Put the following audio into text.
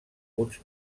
uns